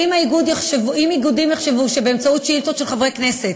אם איגודים יחשבו שבאמצעות שאילתות של חברי כנסת